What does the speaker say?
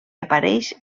apareix